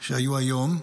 שהיו היום.